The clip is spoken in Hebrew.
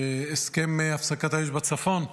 הסכם הפסקת האש בצפון,